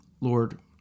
Lord